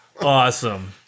awesome